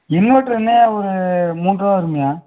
inverter என்னயா ஒரு மூன்றுரூவா வரும்யா